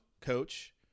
coach